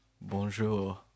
Bonjour